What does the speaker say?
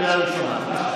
קריאה ראשונה.